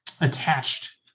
attached